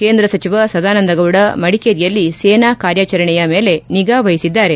ಕೇಂದ್ರ ಸಚಿವ ಸದಾನಂದ ಗೌಡ ಮಡಿಕೇರಿಯಲ್ಲಿ ಸೇನಾ ಕಾರ್ಯಾಚರಣೆಯ ಮೇಲೆ ನಿಗಾ ವಹಿಸಿದ್ದಾರೆ